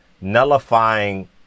nullifying